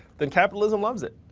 then capitalism loves it.